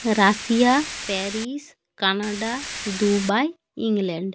Russia Paris Canada Dubai England